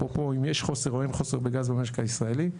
אפרופו אם יש חוסר או אין חוסר בגז במשק הישראלי,